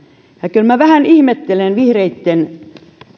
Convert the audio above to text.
kyllä minä vähän ihmettelen vihreitten